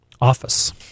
office